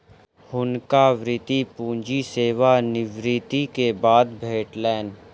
हुनका वृति पूंजी सेवा निवृति के बाद भेटलैन